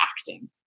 acting